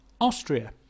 Austria